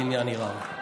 בעניין איראן.